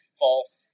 false